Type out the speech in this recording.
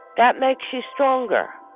that makes you stronger.